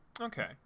Okay